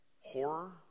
Horror